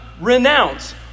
renounce